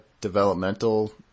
developmental